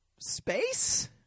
space